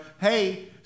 hey